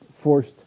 forced